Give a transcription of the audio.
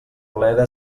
bleda